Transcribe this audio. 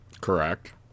Correct